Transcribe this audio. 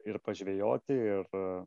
ir pažvejoti ir